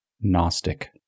Gnostic